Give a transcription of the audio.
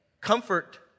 comfort